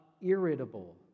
irritable